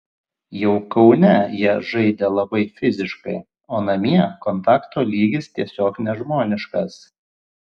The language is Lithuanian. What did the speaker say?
jau kaune jie žaidė labai fiziškai o namie kontakto lygis tiesiog nežmoniškas